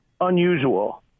unusual